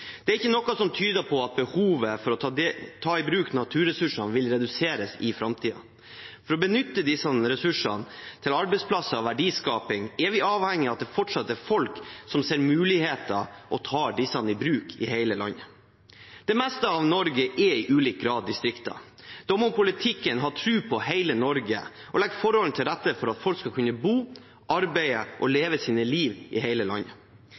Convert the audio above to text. Det er ikke noe som tyder på at behovet for å ta i bruk naturressursene vil reduseres i framtiden. For å benytte disse ressursene til arbeidsplasser og verdiskaping er vi avhengig av at det fortsatt er folk som ser muligheter og tar disse i bruk i hele landet. Det meste av Norge er i ulik grad distrikter. Da må politikken ha tro på hele Norge og legge forholdene til rette for at folk skal kunne bo, arbeide og leve sine liv i hele landet.